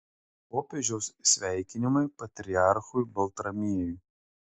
popiežiaus sveikinimai patriarchui baltramiejui